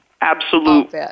Absolute